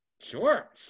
Sure